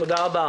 תודה.